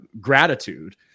gratitude